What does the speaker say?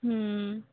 ਹਮ